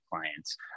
clients